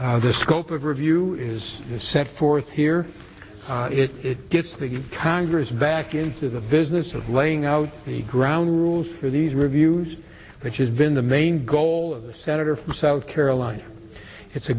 the scope of review is set forth here it gets the congress back into the business of laying out the ground rules for these reviews which has been the main goal of senator from south carolina it's a